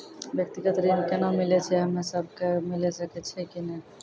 व्यक्तिगत ऋण केना मिलै छै, हम्मे सब कऽ मिल सकै छै कि नै?